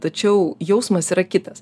tačiau jausmas yra kitas